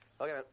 Okay